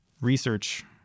research